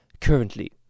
currently